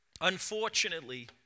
Unfortunately